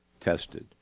tested